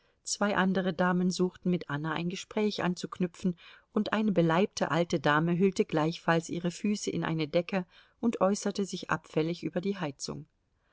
zwei andere damen suchten mit anna ein gespräch anzuknüpfen und eine beleibte alte dame hüllte gleichfalls ihre füße in eine decke und äußerte sich abfällig über die heizung